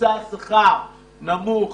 ממוצע השכר נמוך